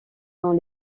dans